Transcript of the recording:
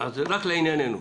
אז רק לעניינו עכשיו.